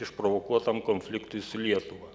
išprovokuotam konfliktui su lietuva